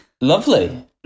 Lovely